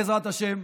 בעזרת השם,